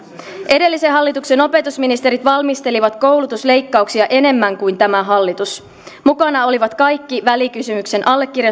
edellisen hallituksen opetusministerit valmistelivat koulutusleikkauksia enemmän kuin tämä hallitus mukana olivat kaikki välikysymyksen allekirjoittaneet puolueet